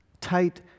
tight